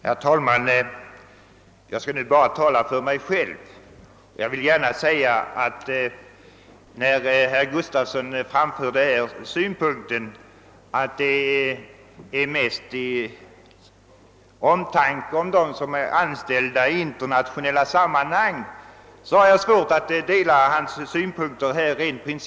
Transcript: Herr talman! Jag skall nu bara tala för mig själv. När herr Gustafson framhåller att hans omtanke mest gäller dem som är anställda i internationella sammanhang har jag rent principiellt svårt att dela hans uppfattning.